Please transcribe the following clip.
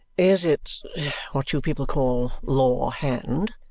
is it what you people call law-hand?